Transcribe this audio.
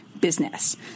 business